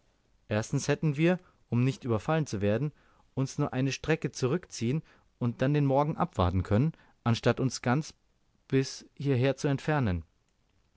erstens hätten wir um nicht überfallen zu werden uns nur eine strecke zurückziehen und dann den morgen abwarten können anstatt uns ganz bis hierher zu entfernen